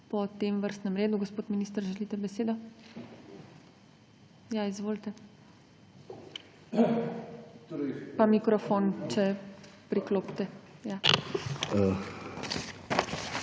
po tem vrstnem redu. Gospod minister želite besedo? Ja. Izvolite. Pa mikrofon če priklopite.